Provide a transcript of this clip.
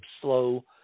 slow